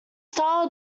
style